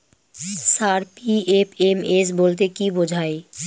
Sir PFMS বলতে কি বোঝায়?